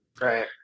right